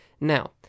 Now